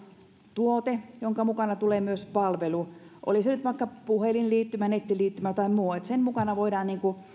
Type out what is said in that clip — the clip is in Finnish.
tuote jonka mukana tulee myös palvelu oli se nyt vaikka puhelinliittymä nettiliittymä tai muu jonka mukana voidaan